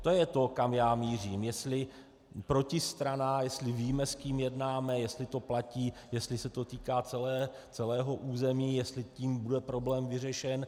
To je to, kam já mířím, jestli protistrana, jestli víme, s kým jednáme, jestli to platí, jestli se to týká celého území, jestli tím bude problém vyřešen.